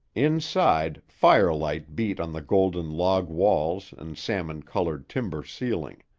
inside, firelight beat on the golden log walls and salmon-colored timber ceiling